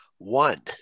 one